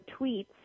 tweets